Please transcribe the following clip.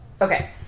Okay